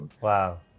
Wow